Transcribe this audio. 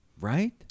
Right